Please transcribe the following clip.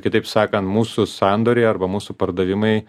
kitaip sakant mūsų sandoriai arba mūsų pardavimai